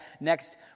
next